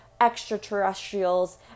extraterrestrials